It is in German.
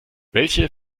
welche